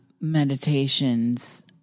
meditations